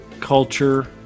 culture